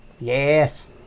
Yes